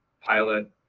pilot